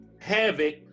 Havoc